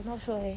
I not sure leh